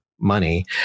money